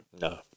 No